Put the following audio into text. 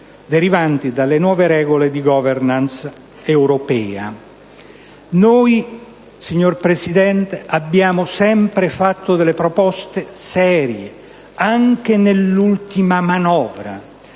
derivanti dalle nuove regole di *governance* europea. Noi, signor Presidente, abbiamo sempre fatto proposte serie, anche nell'ultima manovra.